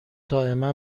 دائما